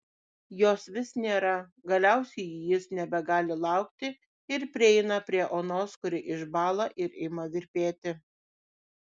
jos vis nėra galiausiai jis nebegali laukti ir prieina prie onos kuri išbąla ir ima virpėti